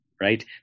right